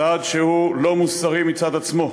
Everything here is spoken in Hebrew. צעד שהוא לא מוסרי מצד עצמו.